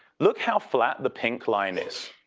look how flat the pink line is.